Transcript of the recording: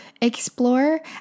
explore